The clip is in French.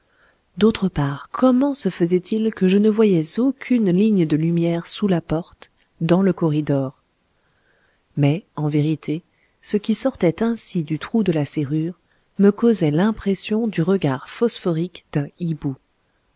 d'autre part comment se faisait-il que je ne voyais aucune ligne de lumière sous la porte dans le corridor mais en vérité ce qui sortait ainsi du trou de la serrure me causait l'impression du regard phosphorique d'un hibou